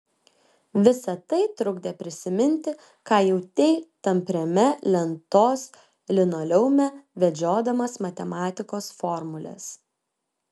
visa tai trukdė prisiminti ką jautei tampriame lentos linoleume vedžiodamas matematikos formules